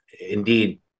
indeed